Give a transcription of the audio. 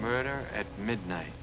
murder at midnight